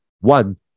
One